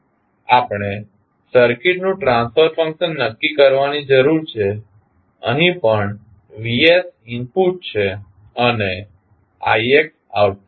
આપણે સર્કિટનું transfer function નક્કી કરવાની જરૂર છે અહીં પણ vs ઇનપુટ છે અને ix આઉટપુટ છે